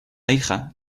hija